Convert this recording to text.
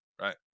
right